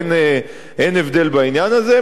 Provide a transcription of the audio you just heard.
אין הבדל בעניין הזה.